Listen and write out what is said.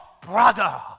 brother